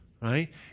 right